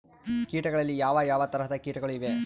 ಕೇಟಗಳಲ್ಲಿ ಯಾವ ಯಾವ ತರಹದ ಕೇಟಗಳು ಇವೆ?